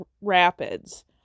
rapids